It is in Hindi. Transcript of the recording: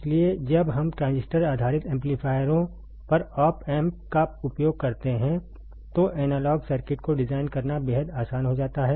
इसलिए जब हम ट्रांजिस्टर आधारित एम्पलीफायरों पर ऑप एम्प का उपयोग करते हैं तो एनालॉग सर्किट को डिजाइन करना बेहद आसान हो जाता है